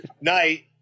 night